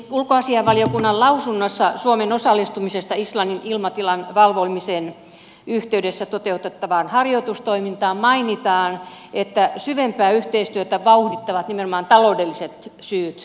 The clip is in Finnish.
ulkoasiainvaliokunnan lausunnossa suomen osallistumisesta islannin ilmatilan valvomisen yhteydessä toteutettavaan harjoitustoimintaan mainitaan että syvempää yhteistyötä vauhdittavat nimenomaan taloudelliset syyt myös